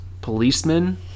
policemen